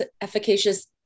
efficacious